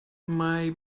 may